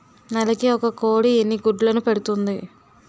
నెలకి ఒక కోడి ఎన్ని గుడ్లను పెడుతుంది?